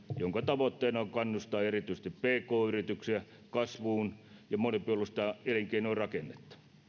jonka tavoitteena on kannustaa erityisesti pk yrityksiä kasvuun ja monipuolistaa elinkeinorakennetta